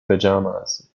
pajamas